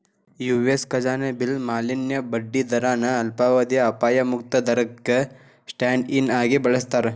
US ಖಜಾನೆ bill ಮ್ಯಾಲಿನ ಬಡ್ಡಿ ದರನ ಅಲ್ಪಾವಧಿಯ ಅಪಾಯ ಮುಕ್ತ ದರಕ್ಕ ಸ್ಟ್ಯಾಂಡ್ ಇನ್ ಆಗಿ ಬಳಸ್ತಾರ